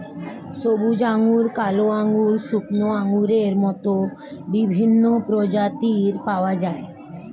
সবুজ আঙ্গুর, কালো আঙ্গুর, শুকনো আঙ্গুরের মত বিভিন্ন প্রজাতির পাওয়া যায়